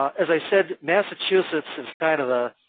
as i said, massachusetts is kind of the